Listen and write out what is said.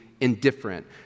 indifferent